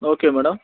okay madam